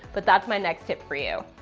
but that's my next tip for you.